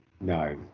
No